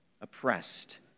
oppressed